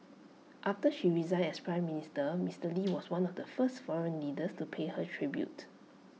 after she resigned as Prime Minister Mister lee was one of the first foreign leaders to pay her tribute